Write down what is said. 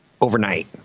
overnight